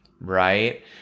right